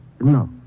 No